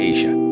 Asia